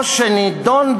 או שנידון,